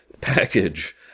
package